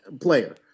player